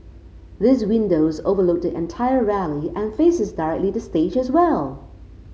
these windows overlook the entire rally and faces directly the stage as well